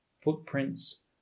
Footprints